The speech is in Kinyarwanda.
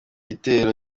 gitero